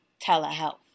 telehealth